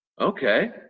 Okay